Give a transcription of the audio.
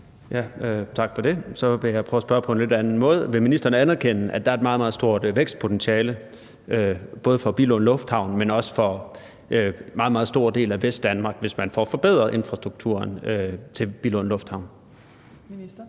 (V): Tak for det. Så vil jeg prøve at spørge på en lidt anden måde. Vil ministeren anerkende, at der er et meget, meget stort vækstpotentiale både for Billund Lufthavn, men også for en meget, meget stor del af Vestdanmark, hvis man får forbedret infrastrukturen til Billund Lufthavn?